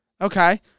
Okay